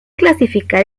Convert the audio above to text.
clasificar